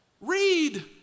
Read